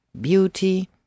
beauty